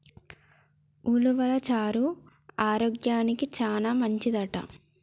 ఉలవలు చారు ఆరోగ్యానికి చానా మంచిదంట